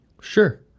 Sure